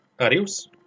adios